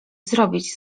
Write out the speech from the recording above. zrobić